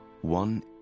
One